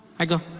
i go